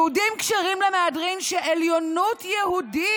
"יהודים כשרים למהדרין, שעליונות יהודית"